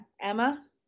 Emma